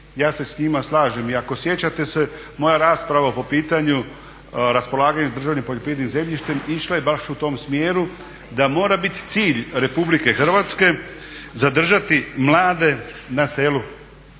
ja se s njima slažem i ako sjećate se moja rasprava po pitanju raspolaganja s državnim poljoprivrednim zemljištem išla je baš u tom smjeru da mora biti cilj RH zadržati mlade na selu.